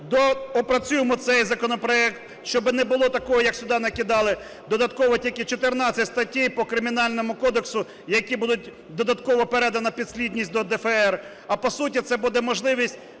доопрацюємо цей законопроект, щоб не було такого, як сюди накидали, додатково тільки 14 статей по Кримінальному кодексу, які будуть… додатково передана підслідність до ДФР, а по суті це буде можливість